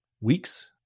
weeks